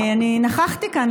נכחתי כאן,